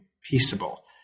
peaceable